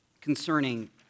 concerning